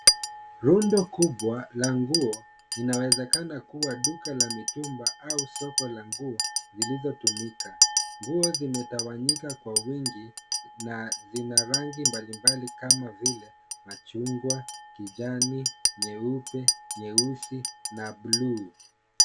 Rundo kubwa la nguo inawezekana kuwa duka la mitumba au soko la nguo zilizotumika. Nguo zimetawanyika kwa wingi na zina rangi mbalimbali kama vile machungwa, kijani ,nyeupe, nyeusi na bluu.